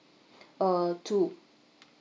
uh two